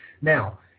now